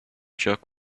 jerk